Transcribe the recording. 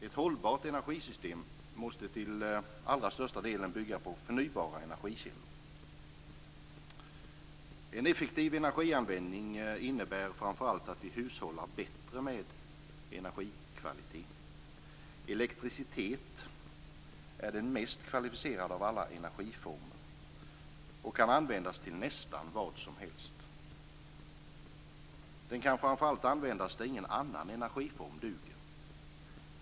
Ett hållbart energisystem måste till största delen bygga på förnybara energikällor. En effektiv energianvändning innebär framför allt att vi hushållar bättre med energikvalitet. Elektricitet är den mest kvalificerade av alla energiformer och kan användas till nästan vad som helst. Den kan framför allt användas där ingen annan energiform duger.